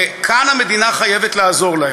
וכאן המדינה חייבת לעזור להם.